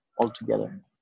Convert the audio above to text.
altogether